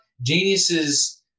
geniuses